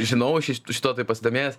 žinau aš iš šituo tai pasidomėjęs